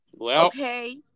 Okay